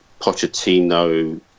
Pochettino